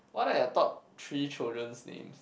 what I thought three children's names